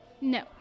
No